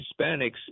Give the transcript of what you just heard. Hispanics